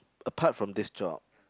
apart from this job